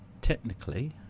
technically